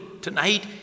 tonight